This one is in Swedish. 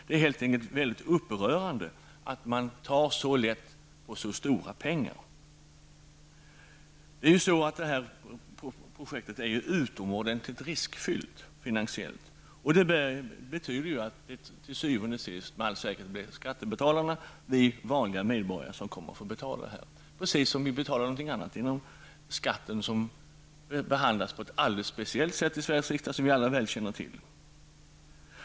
Det är helt enkelt mycket upprörande att man tar så lätt på detta när det är fråga om så stora pengar. Detta projekt är utomordentligt finansiellt riskfyllt. Det betyder att det til syvende og sidst med all säkerhet blir skattebetalarna, vi vanliga medborgare, som får betala detta, på samma sätt som vi får betala annat genom skatten. Skatter behandlas ju på ett alldeles speciellt sätt i Sveriges riksdag, som vi alla väl känner till.